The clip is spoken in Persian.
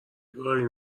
گاری